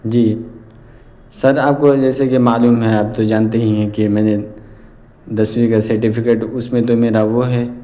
جی sir آپ کو جیسے کہ معلوم ہے آپ تو جانتے ہی ہیں کہ میں نے دسویں کا سرٹیفکیٹ اس میں تو میرا وہ ہے